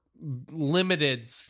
limited